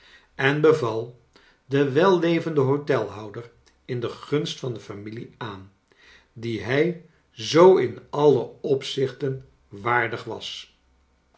en beval den wellevenden hotelhouder in de gunst van de familie aan die hij zoo in alle opzichten waardig was